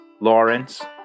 Lawrence